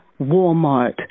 Walmart